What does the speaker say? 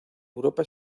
europa